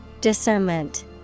Discernment